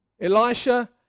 Elisha